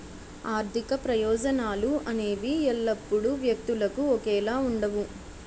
ఆర్థిక ప్రయోజనాలు అనేవి ఎల్లప్పుడూ వ్యక్తులకు ఒకేలా ఉండవు